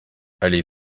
allez